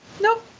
nope